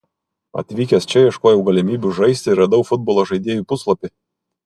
atvykęs čia ieškojau galimybių žaisti ir radau futbolo žaidėjų puslapį